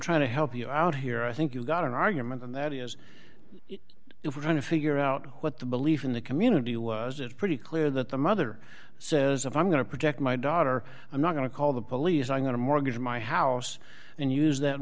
trying to help you out here i think you've got an argument and that is if we're trying to figure out what the belief in the community was it's pretty clear that the mother says if i'm going to protect my daughter i'm not going to call the police i'm going to mortgage my house and use that